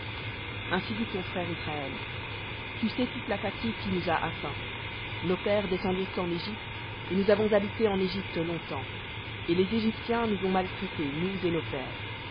ainsi dit ton frère israël tu sais toute la fatigue qui nous a atteints nos pères descendirent en égypte et nous avons habité en égypte longtemps et les égyptiens nous ont maltraités nous et nos pères